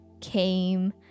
came